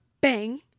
bang